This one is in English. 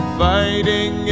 fighting